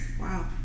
Wow